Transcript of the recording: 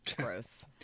Gross